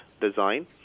design